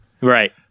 Right